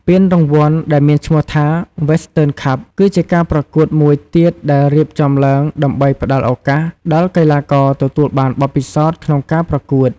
ពានរង្វាន់ ដែលមានឈ្មោះថា វេស្ទឺន ខាប់ គឺជាការប្រកួតមួយទៀតដែលរៀបចំឡើងដើម្បីផ្ដល់ឱកាសដល់កីឡាករទទួលបានបទពិសោធន៍ក្នុងការប្រកួត។